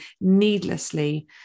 needlessly